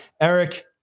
Eric